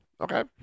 Okay